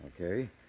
Okay